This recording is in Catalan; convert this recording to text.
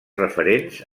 referents